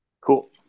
Cool